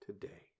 today